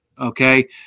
okay